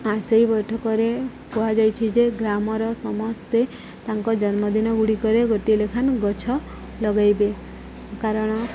ଆଉ ସେଇ ବୈଠକରେ କୁହାଯାଇଛି ଯେ ଗ୍ରାମର ସମସ୍ତେ ତାଙ୍କ ଜନ୍ମଦିନ ଗୁଡ଼ିକରେ ଗୋଟିଏ ଲେଖାଏଁ ଗଛ ଲଗେଇବେ କାରଣ